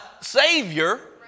Savior